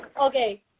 Okay